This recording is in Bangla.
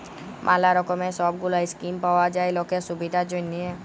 ম্যালা রকমের সব গুলা স্কিম পাওয়া যায় লকের সুবিধার জনহ